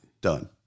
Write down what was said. done